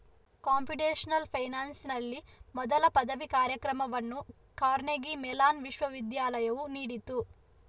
computational ಫೈನಾನ್ಸಿನಲ್ಲಿ ಮೊದಲ ಪದವಿ ಕಾರ್ಯಕ್ರಮವನ್ನು ಕಾರ್ನೆಗೀ ಮೆಲಾನ್ ವಿಶ್ವವಿದ್ಯಾಲಯವು ನೀಡಿತು